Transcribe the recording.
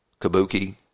kabuki